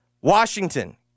Washington